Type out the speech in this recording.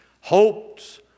hopes